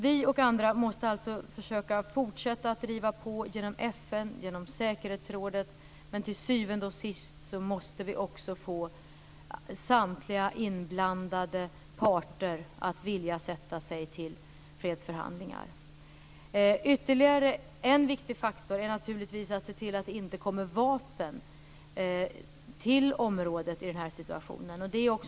Vi och andra måste alltså försöka att fortsätta driva på genom FN, genom säkerhetsrådet, men till syvende och sist måste vi också få samtliga inblandade parter att vilja sätta sig till fredsförhandlingar. Ytterligare en viktig faktor är naturligtvis att se till att det inte kommer vapen till området i den här situationen.